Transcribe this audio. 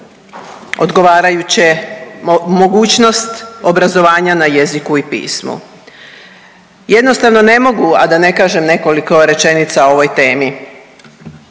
odgovarajuće mogućnost obrazovanja na jeziku i pismo. Jednostavno ne mogu, a da ne kažem nekoliko rečenica o ovoj temi